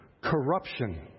corruption